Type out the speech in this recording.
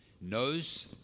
knows